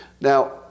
Now